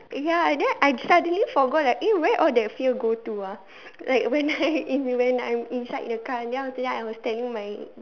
ya and then I suddenly forgot ah eh where all that fear go to ah like when I if when I inside the car and then after that I was telling my